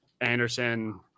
Anderson